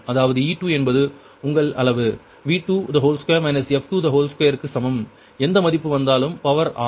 அதாவது e2 என்பது உங்கள் அளவு 2 2 க்கு சமம் எந்த மதிப்பு வந்தாலும் பவர் ஆப்